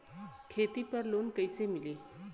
खेती पर लोन कईसे मिली?